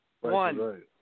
One